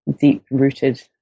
deep-rooted